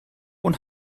und